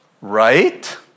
Right